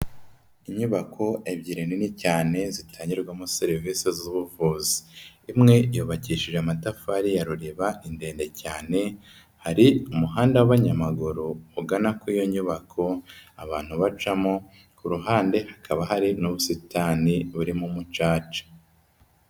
Inyubako ebyiri nini cyane zitangirwamo serivisi z'ubuvuzi, imwe yubakishije amatafari ya ruriba ni ndende cyane, hari umuhanda w'abanyamaguru ugana kuri iyo nyubako abantu bacamo, ku ruhande hakaba hari n'ubusitani burimo umucaca.